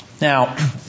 Now